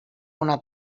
una